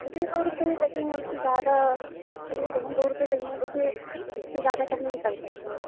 جی دو روپے ہی لگیں گے اس سے زیادہ تو نہیں لیں گے دو روپے لگیں گے دیکھیے اس سے زیادہ کم نہیں کر سکتے ہیں